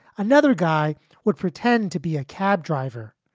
another guy would pretend to be a cab driver.